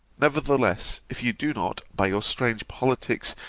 nevertheless, if you do not, by your strange politics,